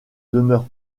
demeure